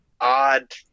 odd